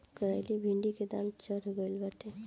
करइली भिन्डी के दाम भी चढ़ गईल बाटे